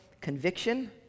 conviction